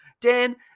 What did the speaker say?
Dan